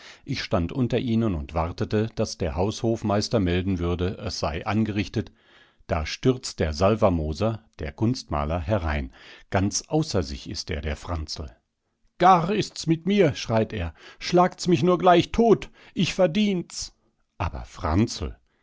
ich stand unter ihnen und wartete daß der haushofmeister melden würde es sei angerichtet da stürzt der salvermoser der kunstmaler herein ganz außer sich ist er der franzl gar is's mit mir schreit er schlagt's mich nur gleich tot ich verdien's aber franzl